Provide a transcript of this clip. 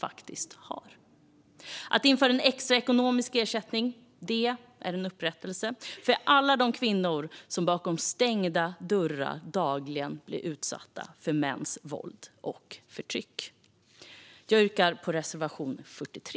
Att införa en extra ekonomisk ersättning är en upprättelse för alla de kvinnor som bakom stängda dörrar dagligen blir utsatta för mäns våld och förtryck. Jag yrkar bifall till reservation 43.